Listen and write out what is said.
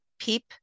peep